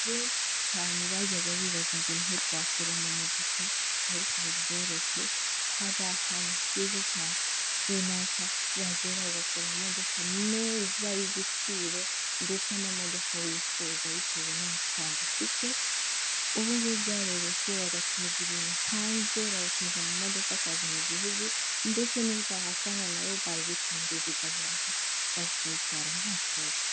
Benshi cyane bajyaga bibaza ngo ni he twakura amamodoka ariko ibi byoroshye. Hari ahantu heza cyane runaka wagera ugakura amamodoka meza y'igiciro, ndetse amamodoka wifuza bitewe n'amafaranga ufite. Ubu ngubu byaroroshye bagatumiza ibintu hanze, batumiza amamodoka akaza mu Gihugu, ndetse n'iyo utahasanga na yo bayigutumiriza ikaza, ukaza ukayitwara nta kibazo.